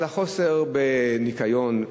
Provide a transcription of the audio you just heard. על החוסר בניקיון,